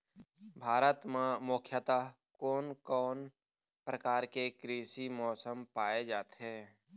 भारत म मुख्यतः कोन कौन प्रकार के कृषि मौसम पाए जाथे?